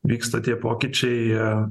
vyksta tie pokyčiai jie